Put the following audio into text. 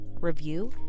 review